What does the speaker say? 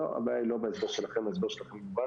לא, הבעיה היא לא בהסבר שלכם, ההסבר שלכם מובן.